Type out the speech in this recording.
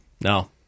no